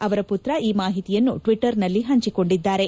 ಅವರ ಪುತ್ರ ಈ ಮಾಹಿತಿಯನ್ನು ಟ್ವಿಟ್ಟರ್ನಲ್ಲಿ ಹಂಚಿಕೊಂಡಿದ್ದಾರೆ